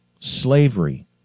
Slavery